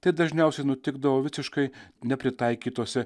tai dažniausiai nutikdavo visiškai nepritaikytose